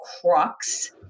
crux